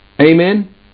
Amen